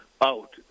out